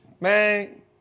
man